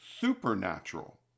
supernatural